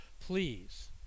Please